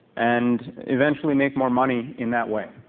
and eventually make more money in that way.